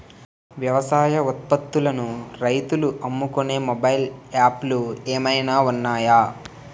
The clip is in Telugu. వ్యవసాయ ఉత్పత్తులను రైతులు అమ్ముకునే మొబైల్ యాప్ లు ఏమైనా ఉన్నాయా?